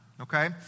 okay